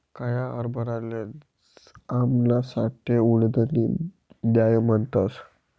काया हरभराले आमना आठे उडीदनी दाय म्हणतस